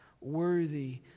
worthy